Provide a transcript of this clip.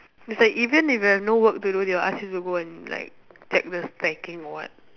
it's like even if you have no work to do they will ask you to go and like check the stacking or what